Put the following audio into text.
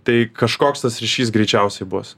tai kažkoks tas ryšys greičiausiai bus